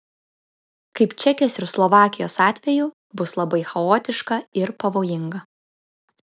kaip čekijos ir slovakijos atveju bus labai chaotiška ir pavojinga